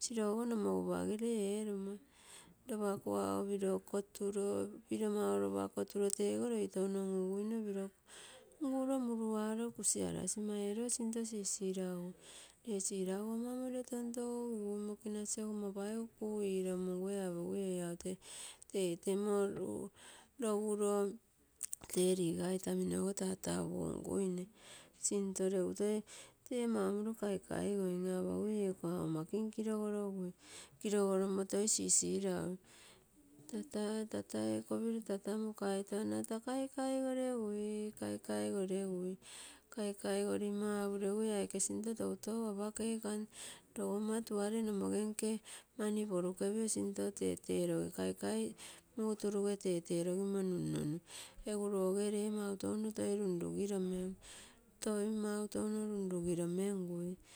Siraguogo nomogupagere terumo lopa kuago kotulo piro mau, piro kotulo tee goo loi touno ngukuino piro nguro muluaro kusiarasi mai oiro sinto sisirauguo, lee sirauguama moliro tontogogigui mokinasiogo ama paigu kuiiromungui apogigui ei au tee tei temmo loguro tee lisa itaminogo tata punguine sinto legu tee toi mau moliro kaikaigoi toi aapai eiko auama kinkilogolo. Kilogolomo toi sisirau tata, tata ekopiro ana ito moka tata kaikaigoregui, kaikaigoregu aapuregu aike sinto toutoou apakei ako amm taa logomma tuare monogenke mani porukepio sinto tete loge, kaikai muu turuge teteloge nunnunnu egu loge lee mau toutou runrugiromei egu loge lee toi mau touno runrugiromemm.